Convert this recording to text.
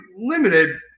limited